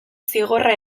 zigorra